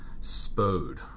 Spode